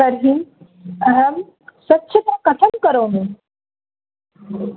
तर्हि अहं स्वच्छता कथं करोमि